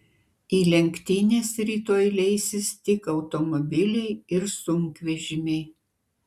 į lenktynes rytoj leisis tik automobiliai ir sunkvežimiai